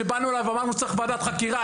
כשבאנו אליו ואמרנו שצריך ועדת חקירה,